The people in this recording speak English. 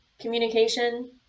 communication